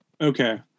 Okay